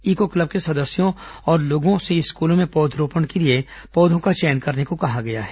eco club के सदस्यों और लोगों से स्कूलों में पौधरोपण के लिए पौधों का चयन करने कहा गया है